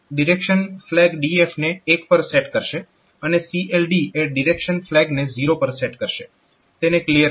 આ STD એ direction flag DF ને 1 પર સેટ કરશે અને CLD એ ડિરેક્શન ફ્લેગને 0 પર સેટ કરશે તેને ક્લીયર કરશે